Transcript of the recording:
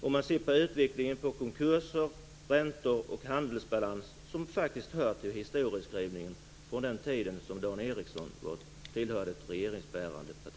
Man kan se på utvecklingen av konkurser, räntor och handelsbalans som faktiskt hör till historieskrivningen från den tid när Dan Ericsson tillhörde ett regeringsparti.